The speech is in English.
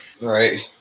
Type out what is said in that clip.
Right